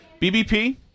BBP